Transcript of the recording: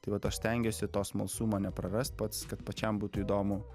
tai vat aš stengiuosi to smalsumo neprarast pats kad pačiam būtų įdomu